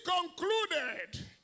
concluded